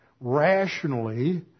rationally